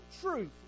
truth